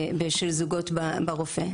של הזוגות ברופא.